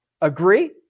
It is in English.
agree